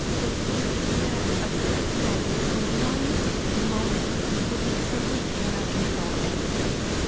but it's this idea of recognizing for one moment that we simply cannot control everything.